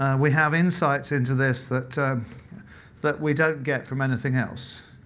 ah we have insights into this that that we don't get from anything else.